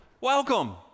welcome